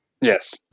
yes